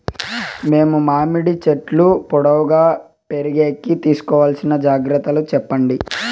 మేము మామిడి చెట్లు పొడువుగా పెరిగేకి తీసుకోవాల్సిన జాగ్రత్త లు చెప్పండి?